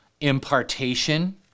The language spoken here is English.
impartation